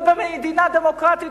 ובמדינה דמוקרטית,